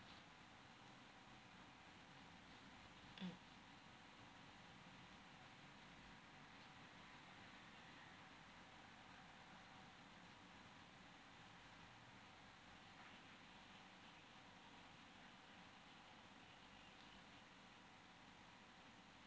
mm